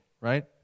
right